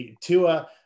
Tua